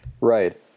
right